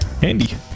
Handy